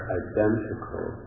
identical